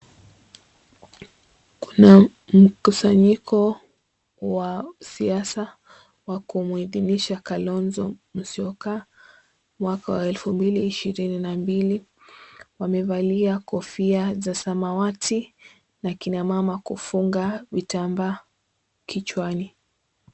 Kuna mkusanyiko wa siasa wa kumwidhinisha Kalonzo Musyoka mwaka wa elfu mbili ishirini na mbili, wamevalia kofia za samawati na kina mama kufunga vitambaa kichwani.